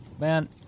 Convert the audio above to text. Man